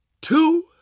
two